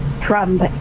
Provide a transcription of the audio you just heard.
Trump